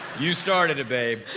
you started it. b